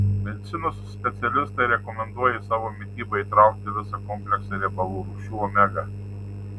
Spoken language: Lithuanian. medicinos specialistai rekomenduoja į savo mitybą įtraukti visą kompleksą riebalų rūgščių omega